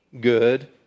good